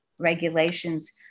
regulations